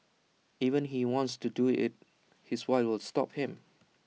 even he wants to do IT his wife will stop him